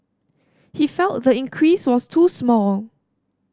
he felt the increase was too small